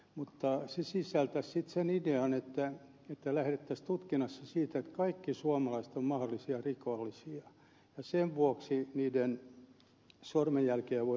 mutta se sisältäisi sen idean että lähdettäisiin tutkinnassa siitä että kaikki suomalaiset ovat mahdollisia rikollisia ja sen vuoksi heidän sormenjälkiään voitaisiin niin käyttää